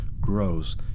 grows